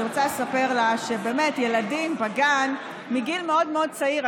אני רוצה לספר לה שבאמת ילדים בגן מגיל מאוד מאוד צעיר,